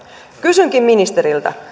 kysynkin ministeriltä